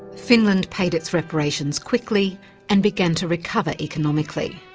finland paid its reparations quickly and began to recover economically.